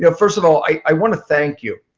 you know first of all, i want to thank you